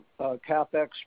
CapEx